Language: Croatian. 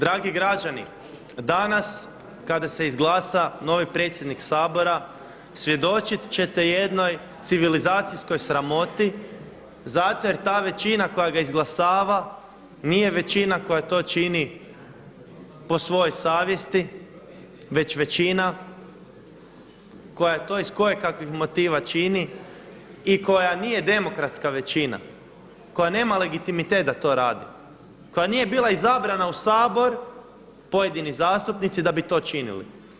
Dragi građani, danas kada se izglasa novi predsjednik Sabora svjedočit ćete jednoj civilizacijskoj sramoti zato jer ta većina koja ga izglasava nije većina koja to čini po svojoj savjesti već većina koja je to iz koje kakvih motiva čini i koja nije demokratska većina, koja nema legitimitet da to radi, koja nije bila izabrana u Sabor pojedini zastupnici da bi to činili.